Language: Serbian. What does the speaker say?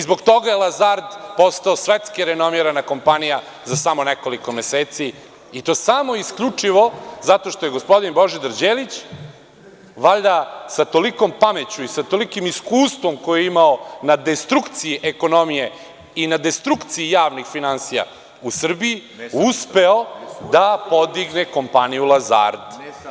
Zbog toga je „Lazard“ postao svetski renomirana kompanija samo nekoliko meseci, i to samo isključivo zato što je gospodin Božidar Đelić, valjda sa tolikom pameću, tolikim iskustvom koje je imao na destrukciji ekonomije i na destrukciji javnih finansija u Srbiji uspeo da podigne kompaniju „Lazard“